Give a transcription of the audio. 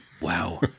Wow